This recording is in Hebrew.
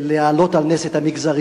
להעלות על נס את המגזריות.